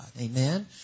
Amen